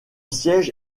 siège